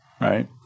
right